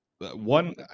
One